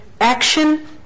action